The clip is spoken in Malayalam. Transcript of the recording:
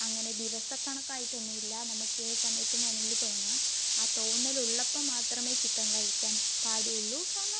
അങ്ങനെ ദിവസക്കണക്കായിട്ടൊന്നും ഇല്ല നമുക്ക് ഏത് സമയത്തും വേണമെങ്കിൽ തോന്നാം ആ തോന്നൽ ഉള്ളപ്പം മാത്രമേ ചിത്രം വരയ്ക്കാൻ പാടുള്ളൂ കാരണം